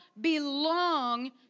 belong